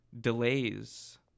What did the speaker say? Delays